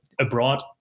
abroad